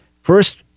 first